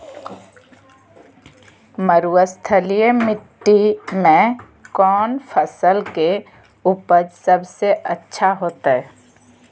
मरुस्थलीय मिट्टी मैं कौन फसल के उपज सबसे अच्छा होतय?